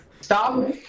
Stop